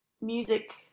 music